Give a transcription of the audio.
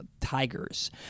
Tigers